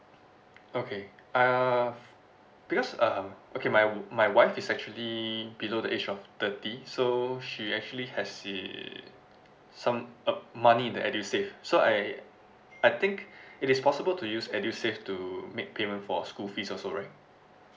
okay uh because um okay my my wife is actually below the age of thirty so she actually has uh some uh money in the edusave so I I think it is possible to use edusave to make payment for school fees also right